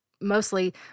Mostly